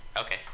okay